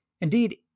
Indeed